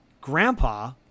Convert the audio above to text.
grandpa